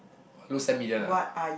lose ten million ah